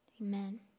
Amen